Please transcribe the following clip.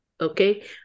Okay